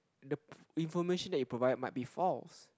the information that you provided might be false